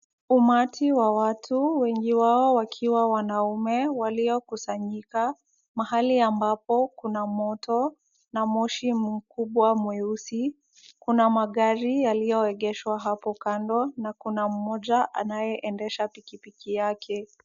Umati wa watu, wengi wao wakiwa wanaume waliokusanyika mahali ambapo kuna moto na moshi mkubwa mweusi. Kuna magari yaliyoegeshwa hapo kando na kuna mmoja anayeendesha pikipiki yake.